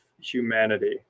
humanity